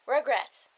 Regrets